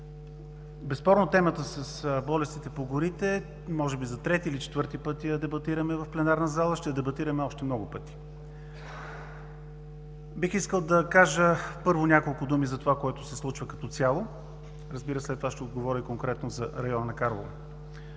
Безспорно темата с болестите по горите може би за трети или четвърти път я дебатираме в пленарната зала, ще я дебатираме още много пъти. Бих искал, първо, да кажа няколко думи за това, което се случва като цяло, разбира се, след това ще отговоря конкретно за района над Карлово.